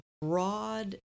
broad